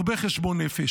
הרבה חשבון נפש.